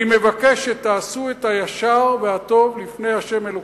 אני מבקש שתעשו את הישר והטוב לפני השם אלוקים.